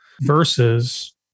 versus